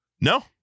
No